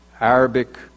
Arabic